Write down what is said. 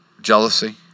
jealousy